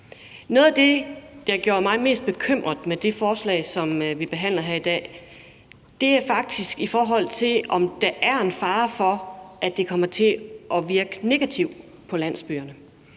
Noget af det, der har gjort mig mest bekymret ved det forslag, som vi behandler her i dag, er faktisk, om der er en fare for, at det kommer til at virke negativt på landsbyerne,